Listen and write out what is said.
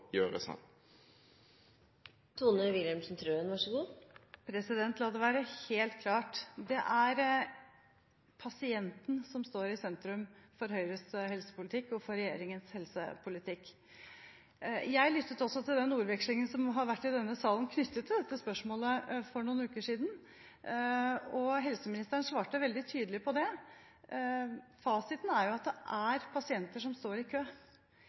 gjøres? La det være helt klart: Det er pasienten som står i sentrum for Høyres helsepolitikk og for regjeringens helsepolitikk. Jeg lyttet også til den ordvekslingen som har vært i denne salen knyttet til dette spørsmålet, for noen uker siden, og helseministeren svarte veldig tydelig på det. Fasiten er jo at det er pasienter som står i kø.